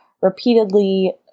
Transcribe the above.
repeatedly